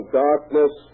darkness